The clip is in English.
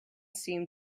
seemed